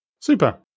Super